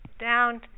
down